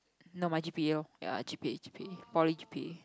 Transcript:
no my g_p_a lor ya g_p_a g_p_a poly g_p_a